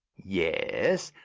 yes,